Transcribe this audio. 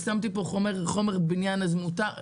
שמתי פה חומר בניין, אז מותר.